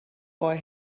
boy